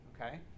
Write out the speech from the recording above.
okay